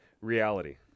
reality